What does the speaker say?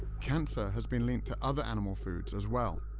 cancer has been linked to other animal foods as well.